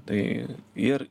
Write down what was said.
tai ir